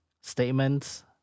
statements